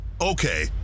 okay